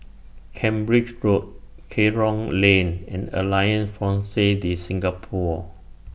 Cambridge Road Kerong Lane and Alliance Francaise De Singapour